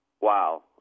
wow